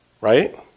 Right